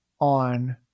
on